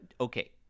okay